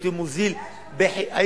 180,000 שקל,